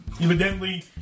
Evidently